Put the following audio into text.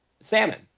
salmon